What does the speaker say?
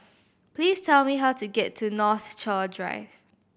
please tell me how to get to Northshore Drive